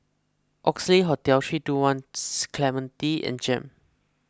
Oxley Hotel three two one Clementi and Jem